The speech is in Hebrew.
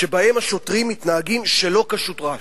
שבהם השוטרים מתנהגים שלא כשורה,